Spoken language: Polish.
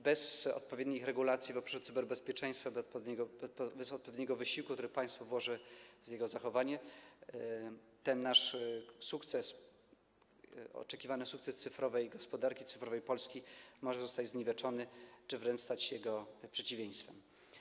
Bez odpowiednich regulacji dotyczących cyberbezpieczeństwa, bez odpowiedniego wysiłku, które państwo włoży w jego zachowanie, ten oczekiwany sukces cyfrowej gospodarki, cyfrowej Polski może zostać zniweczony czy wręcz stać się jego przeciwieństwem.